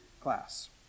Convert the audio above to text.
class